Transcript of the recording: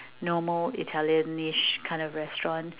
normal Italianish kind of restaurant